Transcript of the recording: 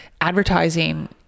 advertising